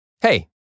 Hey